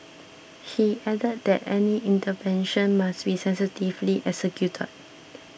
he added that any intervention must be sensitively executed